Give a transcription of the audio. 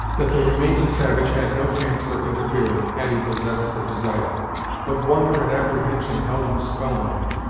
that the remaining savage had no chance for interfering, had he possessed the desire but wonder and apprehension held him spell bound.